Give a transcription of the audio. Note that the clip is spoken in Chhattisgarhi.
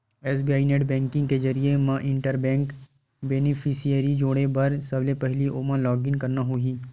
एस.बी.आई नेट बेंकिंग के जरिए म इंटर बेंक बेनिफिसियरी जोड़े बर सबले पहिली ओला लॉगिन करना होही